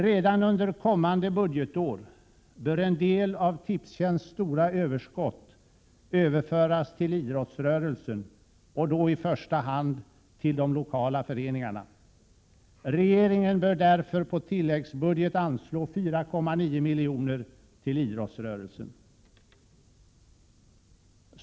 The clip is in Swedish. Redan under kommande budgetår bör en del av Tipstjänsts stora överskott överföras till idrottsrörelsen, och då i första hand till de lokala föreningarna. Regeringen bör därför på tilläggsbudget anslå 4,9 milj.kr. till idrottsrörelsen.